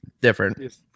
different